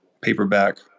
paperback